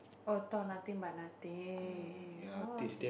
oh thought nothing but nothing oh okay